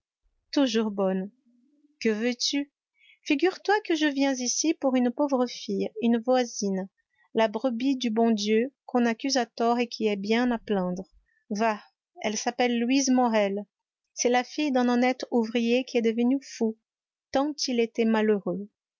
toujours bonne que veux-tu figure-toi que je viens ici pour une pauvre fille une voisine la brebis du bon dieu qu'on accuse à tort et qui est bien à plaindre va elle s'appelle louise morel c'est la fille d'un honnête ouvrier qui est devenu fou tant il était malheureux